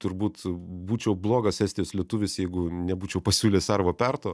turbūt būčiau blogas estijos lietuvis jeigu nebūčiau pasiūlęs arvo perto